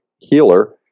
healer